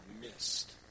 missed